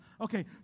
Okay